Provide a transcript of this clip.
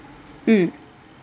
mm